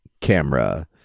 camera